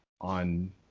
on